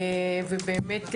ובאמת,